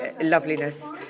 loveliness